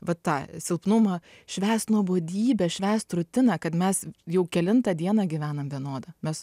va tą silpnumą švęst nuobodybę švęst rutiną kad mes jau kelintą dieną gyvenam vienodą mes